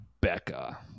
Becca